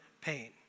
pain